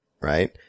right